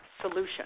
solution